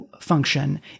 function